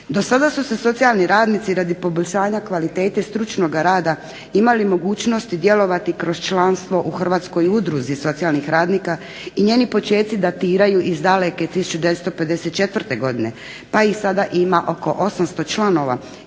Do sada su se socijalni radnici radi poboljšanja kvalitete stručnoga rada imali mogućnosti djelovati kroz članstvo u Hrvatskoj udruzi socijalnih radnika i njeni počeci datiraju iz daleke 1954. godine pa ih sada ima oko 800 članova